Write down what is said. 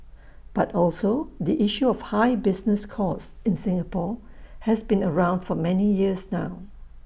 but also the issue of high business costs in Singapore has been around for many years now